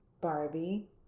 Barbie